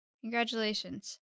Congratulations